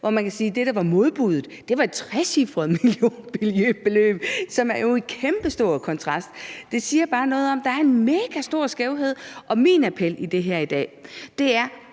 hvor man kan sige, at det, der var modbuddet, var et trecifret millionbeløb, som jo står i kæmpestor kontrast til det. Det siger bare noget om, at der er en megastor skævhed, og min appel i det her i dag er: